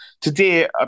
today